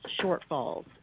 shortfalls